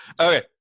okay